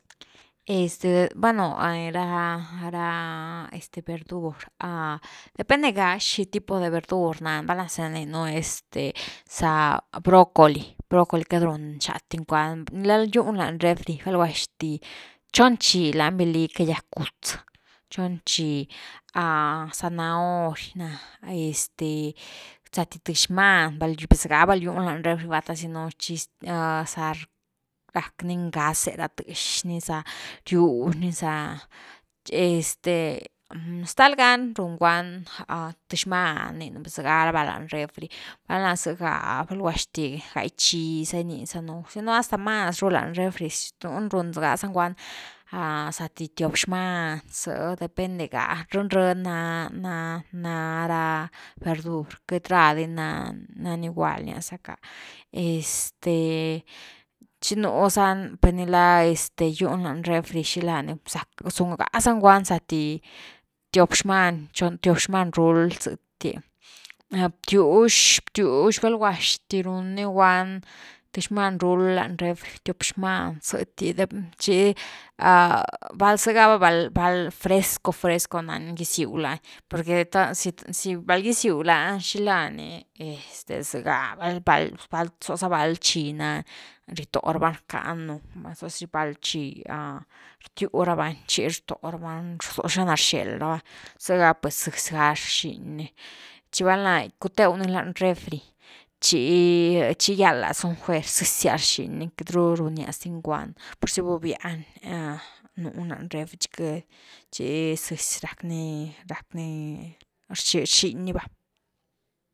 Este bueno ra-ra este verdur, depende ga xi tipo de verdur val’na za rninu este za brócoli-brócoli queity run xat di guand nicla giuni lañ refri val guaxti chon chi lany vali agyack gútz, chon chi, zanahori gi na, este za ti th xman gi na este sati th xman gy, zega valgiuni lañ refri va te si no, rack ni ngaz’e ra tëx ni za riux ni za chi este stal gani run guand th xman rninu zëga va lañ refri val na za ga gai chiza rnizanu si o hasta mas ru lañ refri, nuni run gaza guand sati tiop xman, zë depende ga breni breni na-na nara verdur, queity ra di na nani gual nia zacka, este chi nú sa ni per nicla giu ni lañ refri zack, sun gaza ni guand zati tiop xman, tiop xman rul zety btywz-btywz val’guaxtërun ni guan th xman rul lañ refri, tiop xman zety chi zega va val-val fresco-fresco nani gisiu lani, por que de lav gisiu lan xil’a ni estse zega val-val zóh za val chi nany ritoo rava ni rcka nú mas zo xi val chi rtiu rava ni chi rto ravani zo xina rzel rava ni zega pues zëzy gá rxiñ ni chi valna cutew ni lañ refri chi-chi guiald lazu ni fuer, zezias rxiñ ni queity ru runias dini guand purzy vabiany nu ni lañ refri chi zëzy rack ni rxiñ ni va.